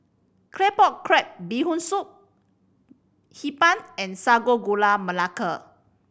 Claypot Crab Bee Hoon Soup Hee Pan and Sago Gula Melaka